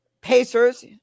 Pacers